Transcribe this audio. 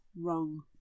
Wrong